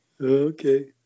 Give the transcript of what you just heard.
Okay